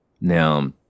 Now